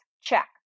check